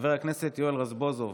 חבר הכנסת יואל רזבוזוב.